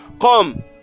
come